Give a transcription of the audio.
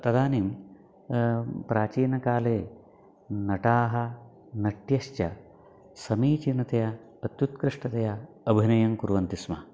तदानीं प्राचीनकाले नटाः नट्यश्च समीचीनतया अत्युत्कृष्टतया अभिनयं कुर्वन्ति स्म